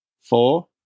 four